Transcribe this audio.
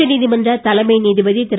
உச்ச நீதிமன்ற தலைமை நீதிபதி திரு